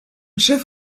chef